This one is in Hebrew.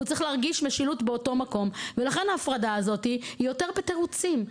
הוא צריך להרגיש משילות באותו מקום ולכן ההפרדה הזאת היא יותר בתירוצים.